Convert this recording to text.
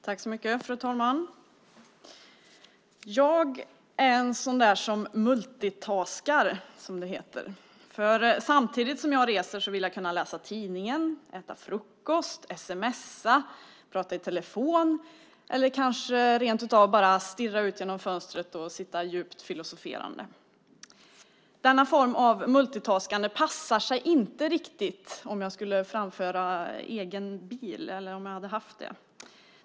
Fru talman! Jag är en sådan person som "multitaskar", som det heter. Samtidigt som jag reser vill jag kunna läsa tidningen, äta frukost, sms:a, tala i telefon eller kanske bara rent av bara stirra ut genom fönstret och sitta djupt filosoferande. Denna form av "multitaskande" passar sig inte riktigt om jag skulle framföra egen bil om jag hade haft det.